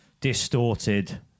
distorted